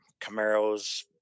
Camaros